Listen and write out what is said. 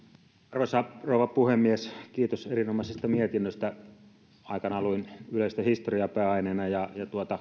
arvoisa rouva puhemies kiitos erinomaisesta mietinnöstä aikoinaan luin yleistä historiaa pääaineena ja